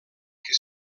que